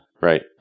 Right